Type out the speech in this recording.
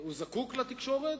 הוא זקוק לתקשורת,